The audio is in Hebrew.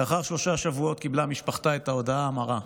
לאחר שלושה שבועות קיבלה משפחתה את ההודעה המרה.